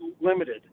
limited